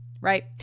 right